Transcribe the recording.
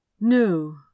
No